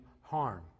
harm